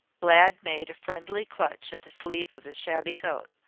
glad made a friendly clutch at the sleeve of his shabby coat.